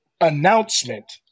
announcement